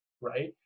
Right